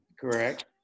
correct